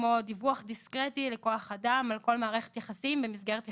כמו דיווח דיסקרטי לכוח אדם על כל מערכת יחסים במסגרת מרות,